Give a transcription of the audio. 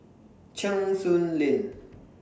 Cheng Soon Lane